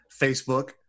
Facebook